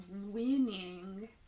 winning